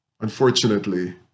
unfortunately